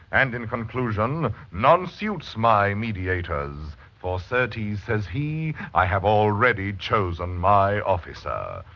and, in conclusion nonsuits my mediators for, so certes says he i have already chosen my officer.